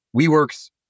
WeWork's